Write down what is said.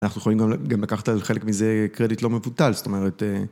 אנחנו יכולים גם לקחת על חלק מזה קרדיט לא מבוטל, זאת אומרת...